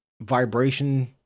vibration